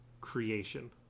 creation